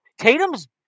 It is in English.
Tatum's